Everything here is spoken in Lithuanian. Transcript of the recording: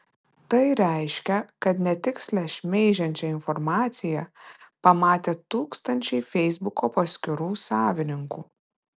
tai reiškia kad netikslią šmeižiančią informaciją pamatė tūkstančiai feisbuko paskyrų savininkų